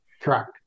Correct